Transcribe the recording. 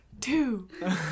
two